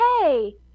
hey